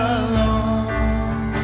alone